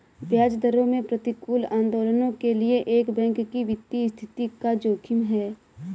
ब्याज दरों में प्रतिकूल आंदोलनों के लिए एक बैंक की वित्तीय स्थिति का जोखिम है